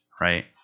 right